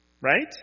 Right